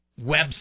website